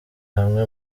hamwe